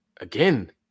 again